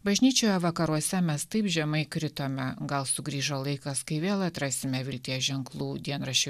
bažnyčioje vakaruose mes taip žemai kritome gal sugrįžo laikas kai vėl atrasime vilties ženklų dienraščiui